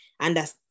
understand